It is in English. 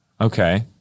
Okay